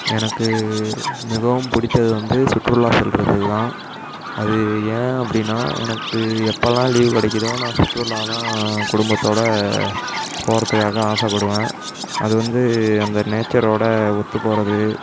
எனக்கு மிகவும் பிடித்தது வந்து சுற்றுலா செல்கிறது தான் அது ஏன் அப்படின்னா எனக்கு எப்போலாம் லீவ் கிடைக்கிதோ நான் சுற்றுலா தான் குடும்பத்தோடய போகிறதுக்காக ஆசைப்படுவேன் அது வந்து அந்த நேச்சரோடய ஒற்றுப் போகிறது